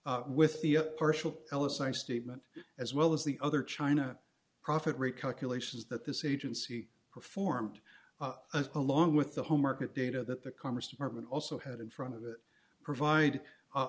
record with the up partial ellis i statement as well as the other china profit rate calculations that this agency performed as along with the home market data that the congress department also head in front of it provide